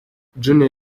junior